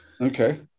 Okay